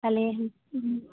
ভালে